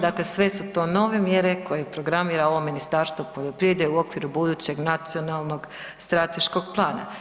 Dakle, sve su to nove mjere koje programira ovo Ministarstvo poljoprivrede u okviru budućeg nacionalnog strateškog plana.